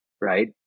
right